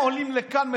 אתם עולים לכאן,